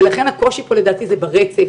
ולכן הקושי פה לדעתי זה ברצף.